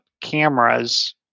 cameras